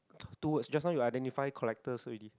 two words just now you identify collectors already